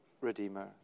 redeemer